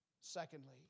Secondly